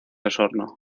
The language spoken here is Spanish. osorno